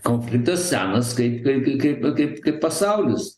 konfliktas senas kaip kaip kaip kaip kaip pasaulis